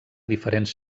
diferents